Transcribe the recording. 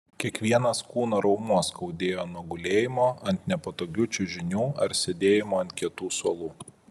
kiekvienas kūno raumuo skaudėjo nuo gulėjimo ant nepatogių čiužinių ar sėdėjimo ant kietų suolų